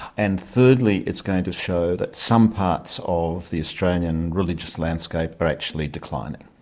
and thirdly it's going to show that some parts of the australian religious landscape are actually declining.